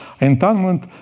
Entanglement